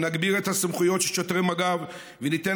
נגביר את הסמכויות של שוטרי מג"ב וניתן